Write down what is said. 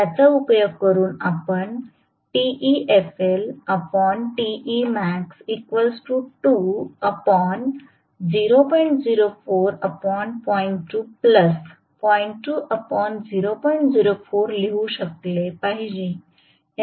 याचा उपयोग करून आपण लिहू शकले पाहिजे